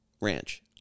Ranch